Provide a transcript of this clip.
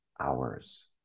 hours